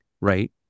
right